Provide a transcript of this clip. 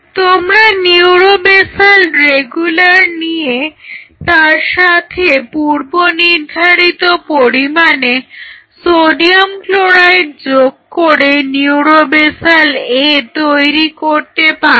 তোমরা neurobasal regular নিয়ে তার সাথে পূর্বনির্ধারিত পরিমাণে সোডিয়াম ক্লোরাইড যোগ করে নিউরো বেসাল A তৈরি করতে পারো